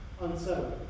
unsettled